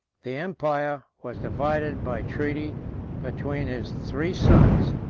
the empire was divided by treaty between his three sons,